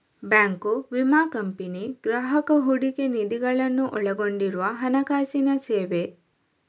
bank, ವಿಮಾ company, ಗ್ರಾಹಕ ಹೂಡಿಕೆ ನಿಧಿಗಳನ್ನು ಒಳಗೊಂಡಿರುವ ಹಣಕಾಸಿನ ಸೇವೆ